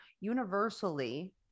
universally